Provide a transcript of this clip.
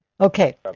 Okay